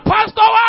Pastor